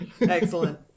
Excellent